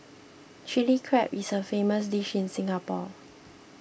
Chilli Crab is a famous dish in Singapore